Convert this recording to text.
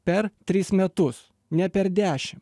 per tris metus ne per dešim